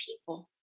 people